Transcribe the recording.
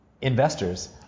investors